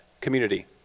community